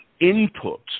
input